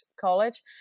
college